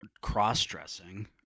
cross-dressing